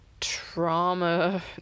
trauma